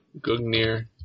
Gugnir